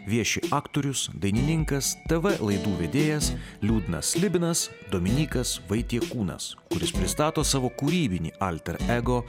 vieši aktorius dainininkastv laidų vedėjas liūdnas slibinas dominykas vaitiekūnas kuris pristato savo kūrybinį alter ego